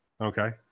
Okay